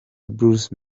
bruce